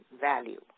value